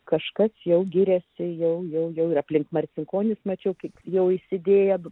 kažkas jau giriasi jau ir aplink marcinkonis mačiau kaip jau įsidėti